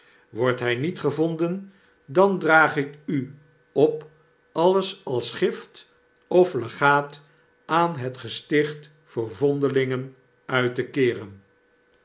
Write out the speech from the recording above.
wordt hy niet gevonden dan draag ik u op alles als gift of legaat aan het gesticht voor vondelingen uit te keeren